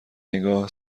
نگاه